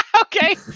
Okay